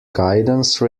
guidance